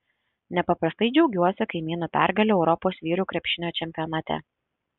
nepaprastai džiaugiuosi kaimynų pergale europos vyrų krepšinio čempionate